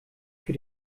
für